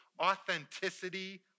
authenticity